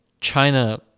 China